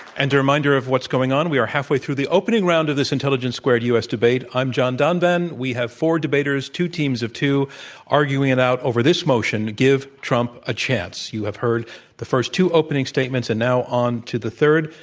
and a reminder of what's going on, we are halfway through the opening round of this intelligence squared u. s. debate. i'm john donvan. we have four debaters, two teams of two arguing it out over this motion, give trump a chance. you have heard the first two opening statements. and now onto the third.